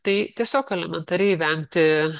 tai tiesiog elementariai vengti